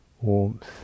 warmth